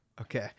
Okay